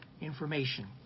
information